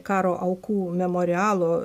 karo aukų memorialo